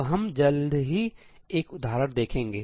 तो हम जल्द ही एक उदाहरण देखेंगे